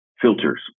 filters